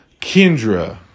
kendra